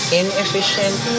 inefficient